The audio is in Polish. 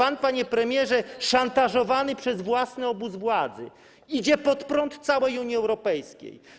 Ale pan, panie premierze, szantażowany przez własny obóz władzy, idzie pod prąd całej Unii Europejskiej.